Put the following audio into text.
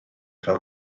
fel